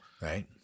right